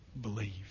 Believe